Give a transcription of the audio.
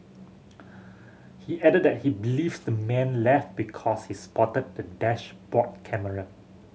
he added that he believes the man left because he spotted the dashboard camera